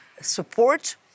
support